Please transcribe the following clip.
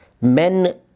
men